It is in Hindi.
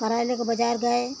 करैलक बाजार गए